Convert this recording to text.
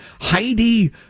Heidi